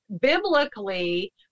biblically